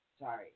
Sorry